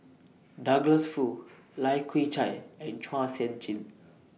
Douglas Foo Lai Kew Chai and Chua Sian Chin